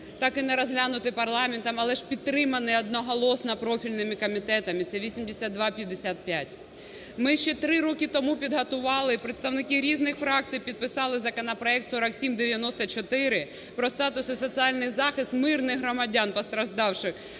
так і не розглянутий парламентом, але ж підтриманий одноголосно профільними комітетами – це 8255. Ми ще три роки тому підготували і представники різних фракцій підписали законопроект 4794 про статус і соціальний захист мирних громадян постраждалих